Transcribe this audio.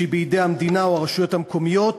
שהיא בידי המדינה או הרשויות המקומיות,